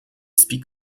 speak